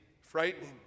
frightening